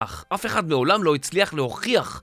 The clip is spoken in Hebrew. אף אחד מעולם לא הצליח להוכיח